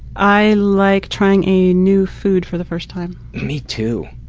i like trying a new food for the first time. me too!